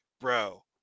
bro